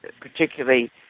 particularly